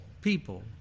people